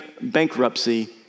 bankruptcy